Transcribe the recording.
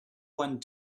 one